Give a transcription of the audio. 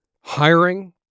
Hiring